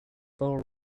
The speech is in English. boat